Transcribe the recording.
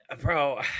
Bro